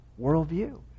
worldview